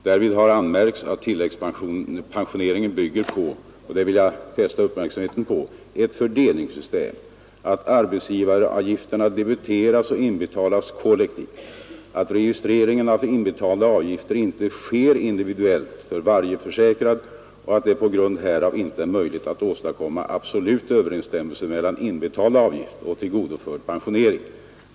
Därvid har anmärkts att tilläggspensioneringen bygger på — och det vill jag fästa uppmärksamheten på — ett fördelningssystem, att arbetsgivaravgifterna debiteras och inbetalas kollektivt, att registreringen av inbetalda avgifter inte sker individuellt för varje försäkrad och att det på grund härav inte är möjligt att åstadkomma absolut överensstämmelse mellan inbetald avgift och tillgodoförd pensionspoäng.